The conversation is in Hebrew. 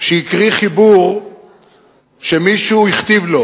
שהקריא חיבור שמישהו הכתיב לו,